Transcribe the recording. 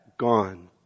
gone